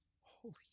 Holy